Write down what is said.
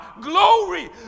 glory